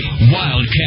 Wildcat